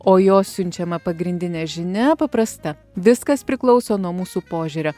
o jo siunčiama pagrindinė žinia paprasta viskas priklauso nuo mūsų požiūrio